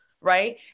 right